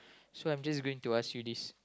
so I'm just going to ask you this